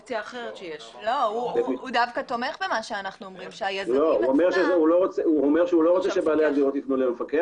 הוא אומר שהוא לא רוצה שבעלי הדירות ייתנו למפקח